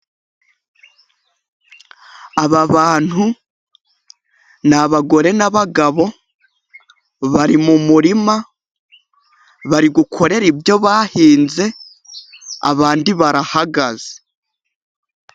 Aba bantu ni abagore n'abagabo bari mu murima. Bari gukorere ibyo bahinze, abandi barahagaze.